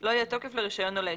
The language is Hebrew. לא יהיה תוקף לרישיון או להיתר".